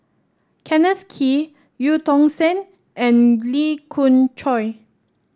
Kenneth Kee Eu Tong Sen and Lee Khoon Choy